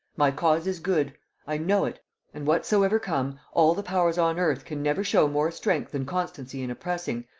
my cause is good i know it and whatsoever come, all the powers on earth can never show more strength and constancy in oppressing,